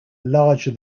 larger